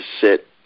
sit